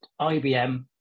IBM